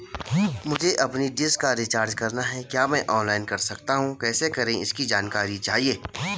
मुझे अपनी डिश का रिचार्ज करना है क्या मैं ऑनलाइन कर सकता हूँ कैसे करें इसकी जानकारी चाहिए?